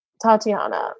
Tatiana